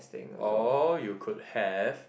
or you could have